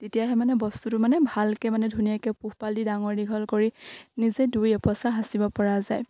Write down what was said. তেতিয়াহে মানে বস্তুটো মানে ভালকে মানে ধুনীয়াকে পোহপাল দি ডাঙৰ দীঘল কৰি নিজে দুই এপইচা সাঁচিব পৰা যায়